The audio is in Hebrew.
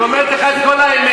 היא אומרת לך את כל האמת.